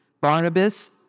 Barnabas